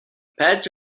pads